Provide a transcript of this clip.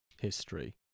history